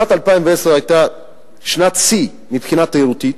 שנת 2010 היתה שנת שיא מבחינה תיירותית,